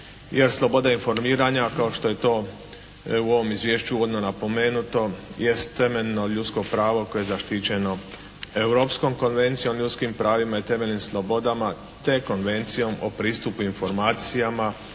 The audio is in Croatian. Jer, sloboda informiranja kao što je to u ovom izvješću uvodno napomenuto jest temeljno ljudsko pravo koje je zaštićeno Europskom konvencijom o ljudskim pravima i temeljnim slobodama, te Konvencijom o pristupu informacijama,